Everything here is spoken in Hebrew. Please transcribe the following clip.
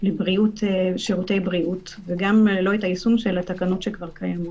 של שירותי בריאות וגם לא את היישום של התקנות שכבר קיימות.